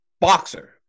boxer